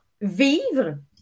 VIVRE